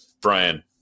Brian